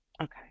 Okay